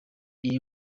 iyi